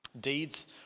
Deeds